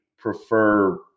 Prefer